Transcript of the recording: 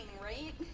right